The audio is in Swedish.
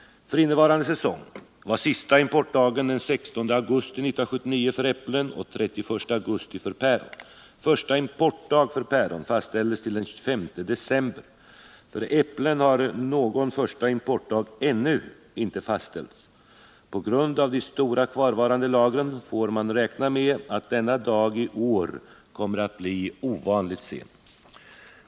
För innevarande säsong var sista importdagen den 16 augusti 1979 för äpplen och den 31 augusti för päron. Första importdag för päron fastställdes till den 5 december. För äpplen har någon första importdag ännu inte fastställts. På grund av de stora kvarvarande lagren får man räkna med att denna dag i år kommer att bli ovanligt sen.